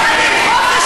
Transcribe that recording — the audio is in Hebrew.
ממה אתם מפחדים?